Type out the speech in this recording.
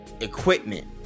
equipment